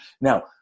Now